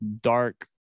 dark